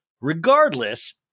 Regardless